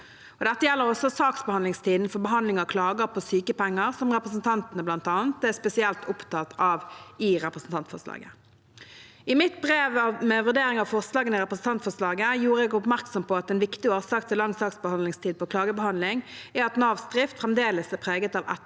Dette gjelder også saksbehandlingstiden for behandling av klager på sykepenger, som representantene bl.a. er spesielt opptatt av i representantforslaget. I mitt brev med vurdering av forslagene i representantforslaget gjorde jeg oppmerksom på at en viktig årsak til lang saksbehandlingstid på klagebehandling er at Navs drift fremdeles er preget av ettervirkningene